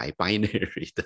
binary